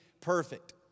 perfect